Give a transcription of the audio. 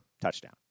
touchdown